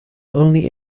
only